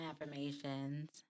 affirmations